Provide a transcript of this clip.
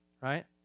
right